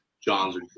Johns